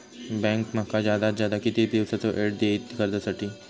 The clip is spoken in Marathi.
बँक माका जादात जादा किती दिवसाचो येळ देयीत कर्जासाठी?